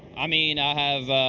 i mean, i have